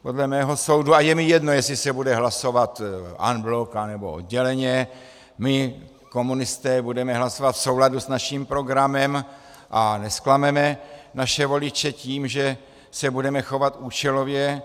Podle mého soudu, a je mi jedno, jestli se bude en bloc, anebo odděleně, my komunisté budeme hlasovat v souladu s naším programem a nezklameme naše voliče tím, že se budeme chovat účelově.